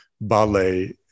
ballet